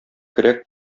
көрәк